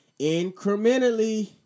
Incrementally